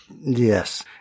Yes